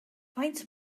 faint